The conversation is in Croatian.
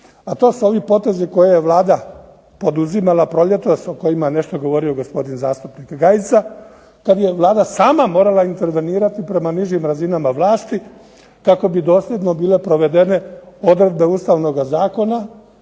A to su ovi potezi koje je Vlada poduzimala proljetos, o kojima je nešto govorio gospodin zastupnik Gajica, kad je Vlada sama morala intervenirati prema nižim razinama vlasti kako bi dosljedno bile provedene odredbe ustavnoga zakona